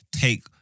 take